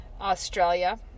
Australia